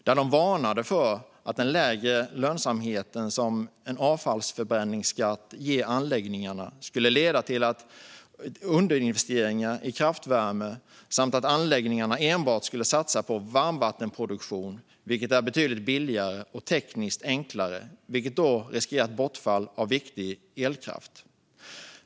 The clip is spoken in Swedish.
De varnade där för att den lägre lönsamhet som en avfallsförbränningsskatt ger anläggningarna skulle leda till underinvesteringar i kraftvärme och till att anläggningarna enbart skulle satsa på varmvattenproduktion, vilket är betydligt billigare och tekniskt enklare. Detta skulle i sin tur innebära risk för bortfall av viktig elkraft.